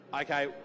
Okay